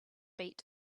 beat